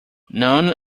none